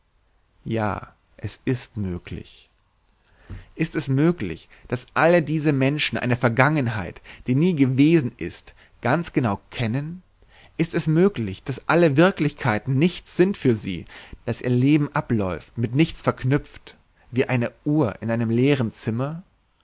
ja es ist möglich ist es möglich daß alle diese menschen eine vergangenheit die nie gewesen ist ganz genau kennen ist es möglich daß alle wirklichkeiten nichts sind für sie daß ihr leben abläuft mit nichts verknüpft wie eine uhr in einem leeren zimmer ja